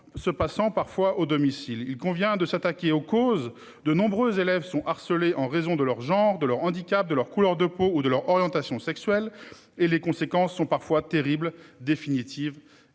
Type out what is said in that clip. se passant parfois au domicile. Il convient de s'attaquer aux causes de nombreux élèves sont harcelés en raison de leur genre de leur handicap de leur couleur de peau ou de leur orientation sexuelle et les conséquences sont parfois terribles définitive